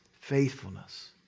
faithfulness